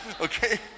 Okay